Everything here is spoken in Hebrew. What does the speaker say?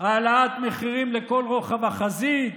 העלאת מחירים לכל רוחב החזית.